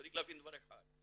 צריך להבין דבר אחד,